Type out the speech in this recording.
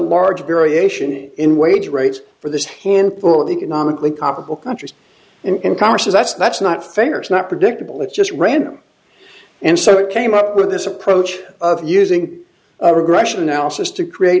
large variation in wage rates for this handful of the economically comparable countries and congress says that's that's not fair it's not predictable it's just random and so it came up with this approach of using a regression analysis to create